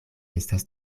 estas